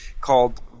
called